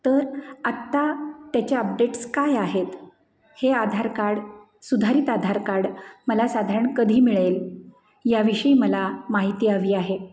तर आत्ता त्याच्या अपडेट्स काय आहेत हे आधार कार्ड सुधारित आधार कार्ड मला साधारण कधी मिळेल याविषयी मला माहिती हवी आहे